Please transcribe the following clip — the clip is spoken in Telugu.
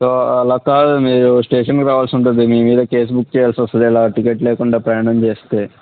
సో అలా కాదు మీరు స్టేషన్కి రావాల్సి ఉంటది మీద కేస్ బుక్ చేయాల్సి వస్తుంది ఇలా టికెట్ లేకుండా ప్రయాణం చేస్తే